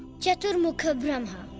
chaturmukha brahma!